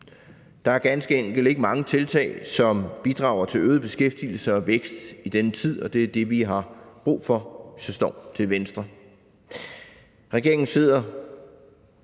Der er ganske enkelt ikke mange tiltag, som bidrager til øget beskæftigelse og vækst i denne tid, og det er det, vi har brug for, hvis det står til Venstre.